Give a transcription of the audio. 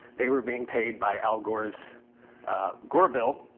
they were being paid by al gore's gore bill.